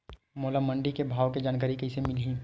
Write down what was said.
मोला मंडी के भाव के जानकारी कइसे मिलही?